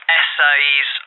essays